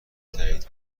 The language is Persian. تایید